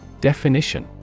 Definition